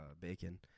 bacon